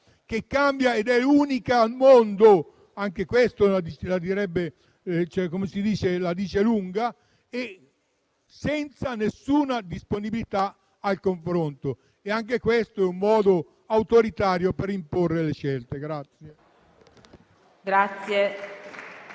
che è unica al mondo (anche questo la dice lunga), senza nessuna disponibilità al confronto. Anche questo è un modo autoritario per imporre le scelte.